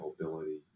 mobility